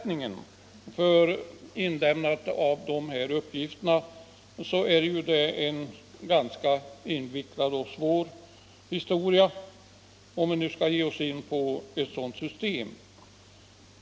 Frågan huruvida vi skall ge oss in på ett system med ersättning för avlämnandet av uppgifter är det mycket svårt att ta ställning till.